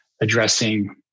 addressing